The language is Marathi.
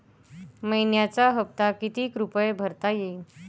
मइन्याचा हप्ता कितीक रुपये भरता येईल?